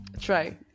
try